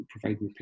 providing